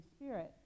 Spirit